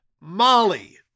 Molly